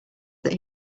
that